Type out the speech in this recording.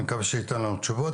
אני מקווה שהוא ייתן לנו תשובות,